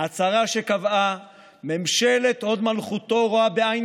ההצהרה שקבעה: "ממשלת הוד מלכותו רואה בעין